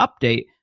update